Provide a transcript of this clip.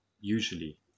usually